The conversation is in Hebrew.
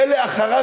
ואחריו,